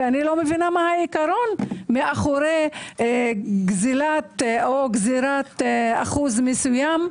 ואני לא מבינה מה העיקרון מאחורי גזירת אחוז מסוים,